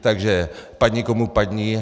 Takže padni komu padni.